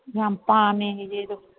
ꯌꯥꯝ ꯄꯥꯝꯃꯦ ꯑꯩꯗꯤ ꯑꯗꯨ